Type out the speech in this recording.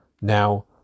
now